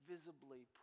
visibly